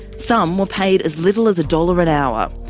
some were paid as little as a dollar an hour.